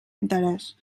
interès